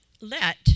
let